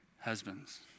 Husbands